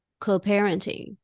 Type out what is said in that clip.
co-parenting